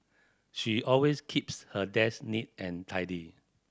she always keeps her desk neat and tidy